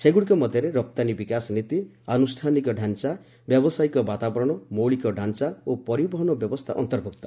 ସେଗୁଡ଼ିକ ମଧ୍ୟରେ ରପ୍ତାନୀ ବିକାଶ ନୀତି ଅନୁଷ୍ଠାନଗତ ଢାଞ୍ଚା ବ୍ୟବସାୟିକ ବାତାବରଣ ମୌଳିକ ଢାଞ୍ଚା ଓ ପରିବହନ ବ୍ୟବସ୍ଥା ଅନ୍ତର୍ଭୁକ୍ତ